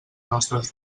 nostres